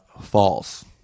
false